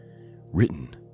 written